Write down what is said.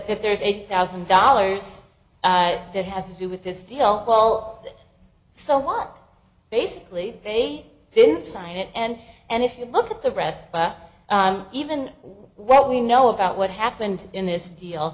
that there's a thousand dollars that has to do with this deal well that so what basically they didn't sign it and and if you look at the rest but even what we know about what happened in this deal